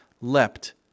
leapt